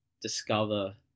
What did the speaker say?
discover